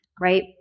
right